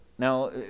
Now